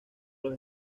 los